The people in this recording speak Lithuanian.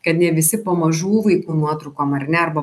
kad ne visi po mažų vaikų nuotraukom ar ne arba